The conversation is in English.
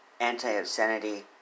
anti-obscenity